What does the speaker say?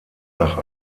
nach